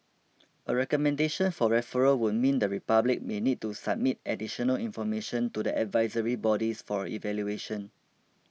a recommendation for referral would mean the republic may need to submit additional information to the advisory bodies for evaluation